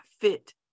fit